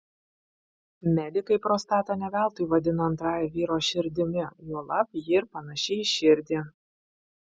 medikai prostatą ne veltui vadina antrąja vyro širdimi juolab ji ir panaši į širdį